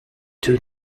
two